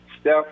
Steph